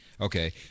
Okay